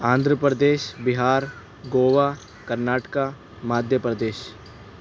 Andhra Pradesh Bihar Goa Karnataka Madhya Pradesh